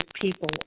people